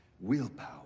Willpower